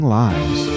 lives